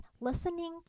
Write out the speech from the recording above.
listening